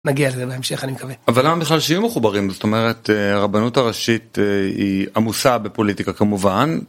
נגיע לזה בהמשך אני מקווה, אבל למה בכלל שיהיו מחוברים, זאת אומרת הרבנות הראשית היא עמוסה בפוליטיקה כמובן.